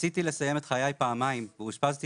ניסיתי לסיים את חיי פעמיים ואושפזתי